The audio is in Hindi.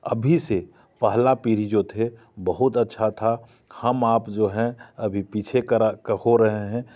अभी से पहला पीढ़ी जो थे बहुत अच्छा था हम आप जो हैं अभी पीछे करा हो रहे हैं